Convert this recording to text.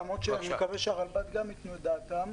למרות שאני מקווה שהרלב"ד גם ייתנו את דעתם.